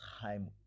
time